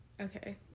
okay